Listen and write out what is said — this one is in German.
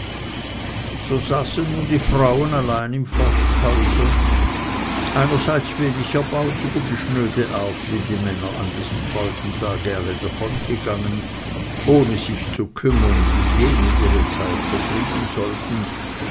so saßen nun die frauen allein im forsthause einerseits wenig erbaut über die schnöde art wie die männer an diesem freudentage alle davongegangen ohne sich zu kümmern wie jene ihre zeit vertreiben sollten